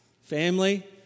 family